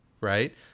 right